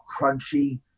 crunchy